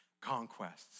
conquests